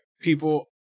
people